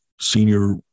senior